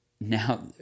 now